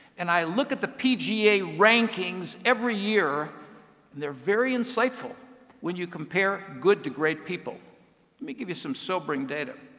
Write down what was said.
and i look at the pga rankings every year, and they're very insightful when you compare good to great people. let me give you some sobering data.